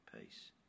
peace